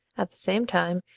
at the same time,